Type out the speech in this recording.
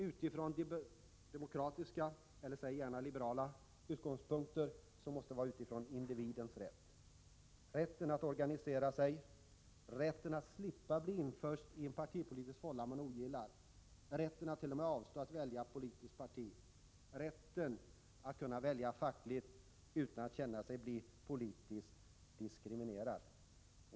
Utifrån demokratiska, eller säg gärna liberala, utgångspunkter måste det vara individens rätt —- rätten att slippa bli inföst i en partipolitisk fålla som man ogillar — rätten att t.o.m. avstå från att välja politiskt parti — rätten att kunna välja fackligt utan att känna sig bli politiskt diskriminerad.